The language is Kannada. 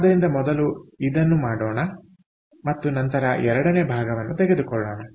ಆದ್ದರಿಂದ ಮೊದಲು ಇದನ್ನು ಮಾಡೋಣ ಮತ್ತು ನಂತರ ಎರಡನೇ ಭಾಗವನ್ನು ತೆಗೆದುಕೊಳ್ಳೋಣ